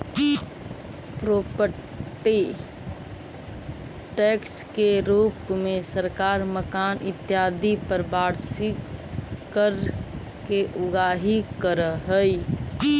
property tax के रूप में सरकार मकान इत्यादि पर वार्षिक कर के उगाही करऽ हई